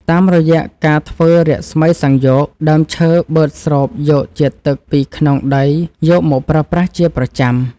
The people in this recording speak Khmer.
តាមរយៈការធ្វើរស្មីសំយោគដើមឈើបឺតស្រូបយកជាតិទឹកពីក្នុងដីយកមកប្រើប្រាស់ជាប្រចាំ។តាមរយៈការធ្វើរស្មីសំយោគដើមឈើបឺតស្រូបយកជាតិទឹកពីក្នុងដីយកមកប្រើប្រាស់ជាប្រចាំ។